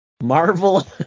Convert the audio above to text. Marvel